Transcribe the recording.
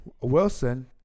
Wilson